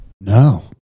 No